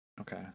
Okay